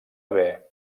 haver